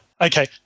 Okay